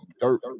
dirt